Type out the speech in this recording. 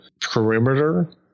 perimeter